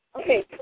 Okay